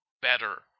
better